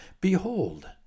behold